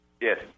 Yes